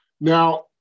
now